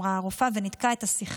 אמרה הרופאה וניתקה את השיחה.